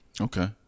Okay